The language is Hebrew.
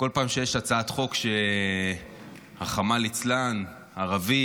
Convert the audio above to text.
בכל פעם שיש הצעת חוק שרחמנא ליצלן ערבי